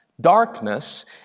darkness